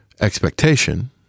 expectation